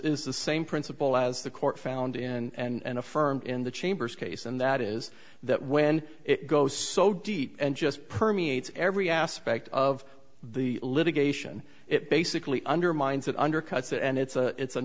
the same principle as the court found in and affirmed in the chambers case and that is that when it goes so deep and just permeates every aspect of the litigation it basically undermines that undercuts and it's a it's a